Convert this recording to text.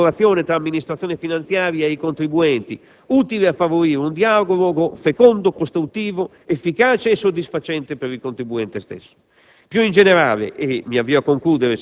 la cultura della consulenza e della collaborazione tra Amministrazione finanziaria e contribuenti, utile a favorire un dialogo fecondo, costruttivo, efficace e soddisfacente per il contribuente stesso.